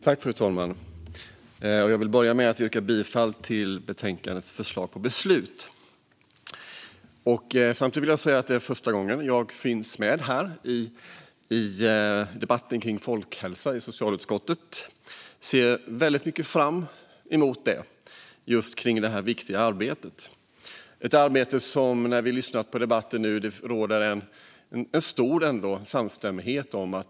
Fru talman! Jag vill börja med att yrka bifall till betänkandets förslag till beslut. Samtidigt vill jag säga att det är första gången jag finns med här i socialutskottets debatt om folkhälsa. Jag ser väldigt mycket fram emot att fortsätta med det här viktiga arbetet, ett arbete som den som lyssnar på debatten hör att det råder stor samstämmighet om.